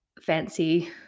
fancy